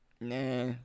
Nah